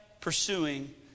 pursuing